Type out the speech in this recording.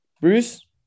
Bruce